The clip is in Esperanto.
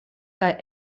kaj